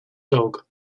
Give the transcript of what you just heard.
dog